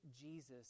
Jesus